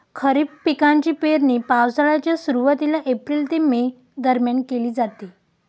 खरीप पिकांची पेरणी पावसाळ्याच्या सुरुवातीला एप्रिल ते मे दरम्यान केली जाते